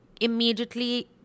immediately